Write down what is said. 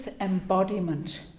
embodiment